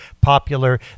popular